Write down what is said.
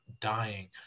dying